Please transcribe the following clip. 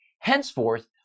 Henceforth